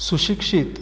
सुशिक्षित